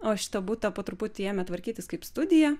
o šitą butą po truputį ėmė tvarkytis kaip studiją